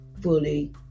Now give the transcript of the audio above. fully